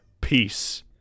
peace